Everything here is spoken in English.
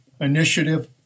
Initiative